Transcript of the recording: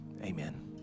Amen